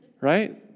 Right